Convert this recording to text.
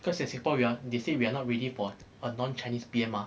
cause in singapore they say we are not ready for a non chinese P_M mah